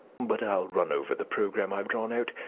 but i'll run over the programme i've drawn out,